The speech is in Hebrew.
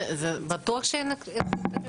זה בטוח שאין קריטריון?